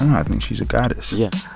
i think she's a goddess yeah